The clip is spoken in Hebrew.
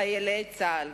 חיילי צה"ל,